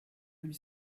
lui